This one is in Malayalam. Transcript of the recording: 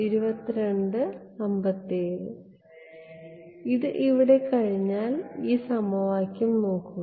ഇത് ഇവിടെ കഴിഞ്ഞാൽ ഈ സമവാക്യം നോക്കുക